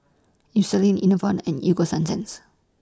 Eucerin Enervon and Ego Sunsense